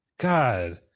God